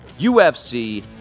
UFC